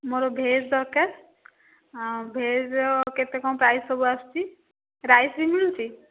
ମୋର ଭେଜ୍ ଦରକାର ଆଉ ଭେଜ୍ର କେତେ କ'ଣ ପ୍ରାଇସ୍ ସବୁ ଆସୁଛି ରାଇସ୍ ବି ମିଳୁଛି